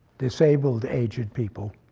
disabled aged people.